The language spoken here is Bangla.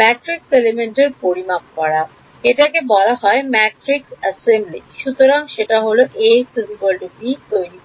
ম্যাট্রিক্স এলিমেন্টের পরিমাপ করা এটাকে বলা হয় ম্যাট্রিক্স সমাবেশ সুতরাং সেটা হল Axb তৈরি করা